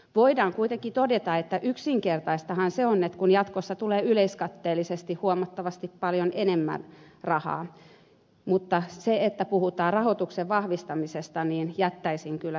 voidaan kuitenkin todeta että yksinkertaistahan se on kun jatkossa tulee yleiskatteellisesti huomattavasti paljon enemmän rahaa mutta sen että puhutaan rahoituksen vahvistamisesta jättäisin kyllä sanomatta